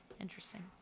Interesting